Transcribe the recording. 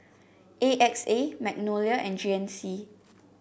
A X A Magnolia and G N C